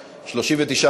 3, כהצעת הוועדה, נתקבל.